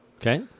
Okay